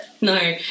No